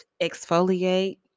exfoliate